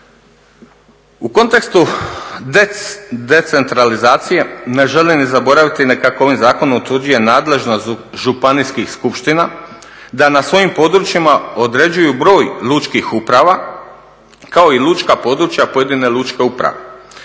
U kontekstu decentralizacije ne želim zaboraviti … ovim zakonom utvrđuje nadležnost županijskih skupština da na svojim područjima određuju broj lučkih uprava, kao i lučka područja pojedine lučke uprave.